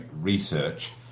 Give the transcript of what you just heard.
research